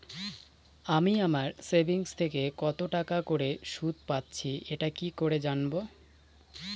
আমি আমার সেভিংস থেকে কতটাকা করে সুদ পাচ্ছি এটা কি করে জানব?